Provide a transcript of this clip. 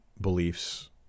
beliefs